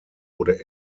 wurde